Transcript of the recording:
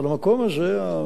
אבל המקום הזה,